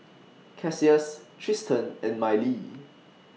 Cassius Tristen and Mylie